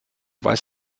weiß